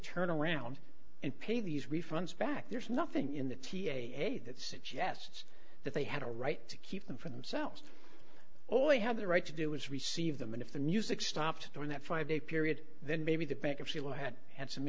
turn around and pay these refunds back there's nothing in the t a a that suggests that they had a right to keep them for themselves all they have the right to do is receive them and if the music stopped during that five day period then maybe the bankruptcy law had had some